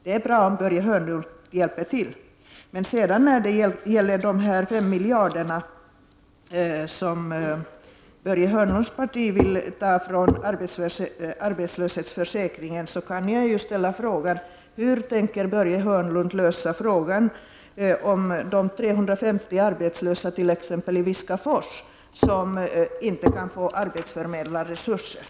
Det är bra om Börje Hörnlund hjälper till i det arbetet.